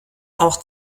auch